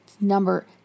number